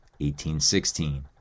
1816